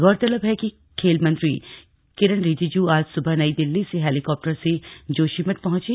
गौरतलब है कि खेल मंत्री रिजजू आज सुबह नई दिल्ली से हेलीकॉप्टर से जोशीमठ पहुंचे